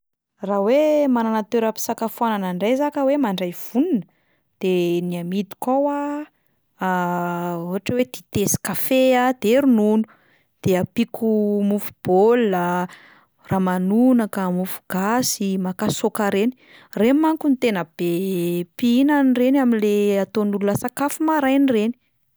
Raha hoe manana toeram-pisakafoanana indray izaho ka hoe mandray vonona, de ny amidiko ao a ohatra hoe dite sy kafe a, de ronono, de ampiko mofo baolina, ramanonaka, mofo gasy, makasaoka reny, reny manko no tena be mpihinana reny amin'le ataon'olona sakafo maraina reny.